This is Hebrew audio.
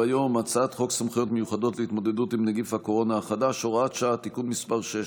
עם כ-300 מחשבים,